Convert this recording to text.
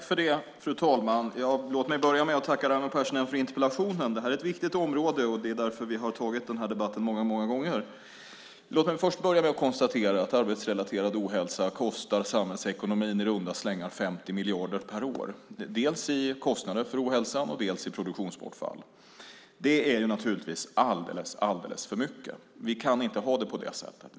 Fru talman! Låt mig börja med att tacka Raimo Pärssinen för interpellationen. Det här är ett viktigt område, och det är därför vi har tagit den här debatten många, många gånger. Låt mig konstatera att arbetsrelaterad ohälsa kostar samhällsekonomin i runda slängar 50 miljarder per år, dels i kostnader för ohälsan, dels i kostnader för produktionsbortfall. Det är naturligtvis alldeles för mycket. Vi kan inte ha det på det sättet.